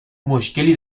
مشکلی